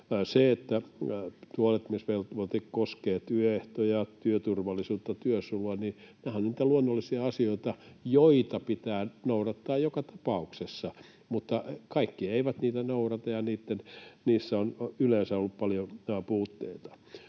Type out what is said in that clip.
Siihen, että huolehtimisvelvoite koskee työehtoja, työturvallisuutta, työsuojelua: Nämähän ovat niitä luonnollisia asioita, joita pitää noudattaa joka tapauksessa. Mutta kaikki eivät niitä noudata, ja niissä on yleensä ollut paljon puutteita.